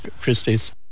Christie's